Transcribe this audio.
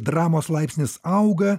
dramos laipsnis auga